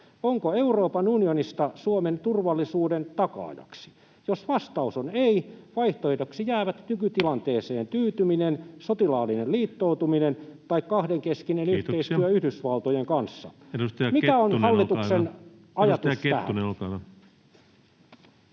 Onko Euroopan unionista Suomen turvallisuuden takaajaksi? Jos vastaus on ei, vaihtoehdoiksi jäävät nykytilanteeseen tyytyminen, sotilaallinen liittoutuminen tai kahdenkeskinen yhteistyö [Puhemies: Kiitoksia!] Yhdysvaltojen kanssa. Mikä on hallituksen ajatus tähän?